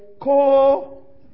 call